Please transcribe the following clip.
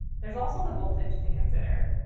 there is also the voltage to consider.